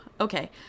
Okay